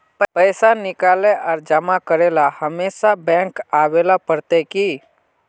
पैसा निकाले आर जमा करेला हमेशा बैंक आबेल पड़ते की?